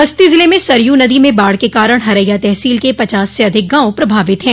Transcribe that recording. बस्ती जिले में सरयू नदी में बाढ़ के कारण हरैया तहसील के पचास से अधिक गांव प्रभावित हैं